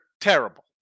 terrible